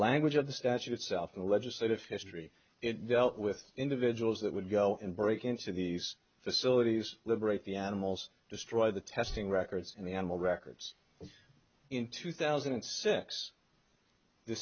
language of the statute itself the legislative history it dealt with individuals that would go and break into these facilities liberate the animals destroy the testing records and the animal records in two thousand and six the